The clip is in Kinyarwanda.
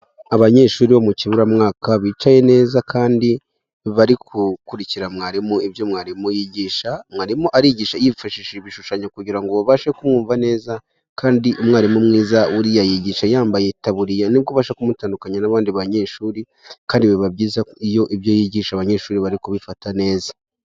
Abanyeshuri bo mu kiburamwaka bicaye neza kandi bari gukurikira mwarimu ibyo mwarimu yigisha, mwarimu arigisha yifashishije ibishushanyo kugira ngo babashe kumva neza, kandi umwarimu mwiza buriya yigisha yambaye itaburiya ni bwo ubasha kumutandukanya n'abandi banyeshuri, kandi biba byiza iyo ibyo yigisha abanyeshuri bari kubifata neza.